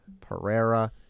Pereira